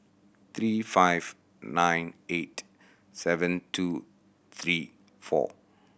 three five nine eight seven two three four